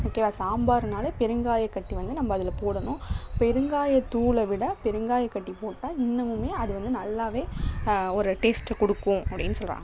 ஓகேவா சாம்பார்னாலே பெருங்காயக்கட்டி வந்து நம்ப அதில் போடணும் பெருங்காயத்தூளை விட பெருங்காயக்கட்டி போட்டால் இன்னுமுமே அது வந்து நல்லாவே ஒரு டேஸ்ட்டை கொடுக்கும் அப்படின்னு சொல்லுறாங்க